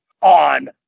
on